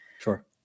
Sure